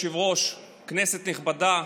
אדוני היושב-ראש, כנסת נכבדה,